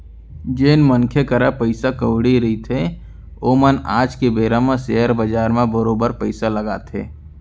जेन मनखे करा पइसा कउड़ी रहिथे ओमन आज के बेरा म सेयर बजार म बरोबर पइसा लगाथे